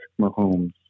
Mahomes